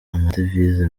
amadevize